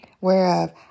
Whereof